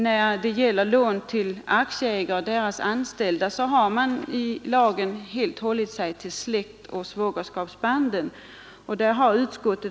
När det gäller lån till aktieägare och deras anhöriga har man i lagen helt hållit sig till släkt och svågerskapsbanden.